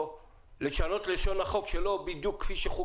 יש דברים שאי אפשר